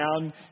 down